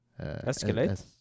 Escalate